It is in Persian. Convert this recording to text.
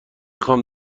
خوام